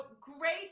great